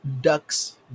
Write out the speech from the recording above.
duck's